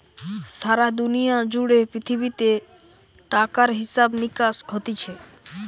সারা দুনিয়া জুড়ে পৃথিবীতে টাকার হিসাব নিকাস হতিছে